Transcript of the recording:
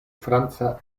franca